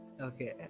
Okay